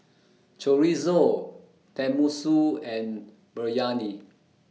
Chorizo Tenmusu and Biryani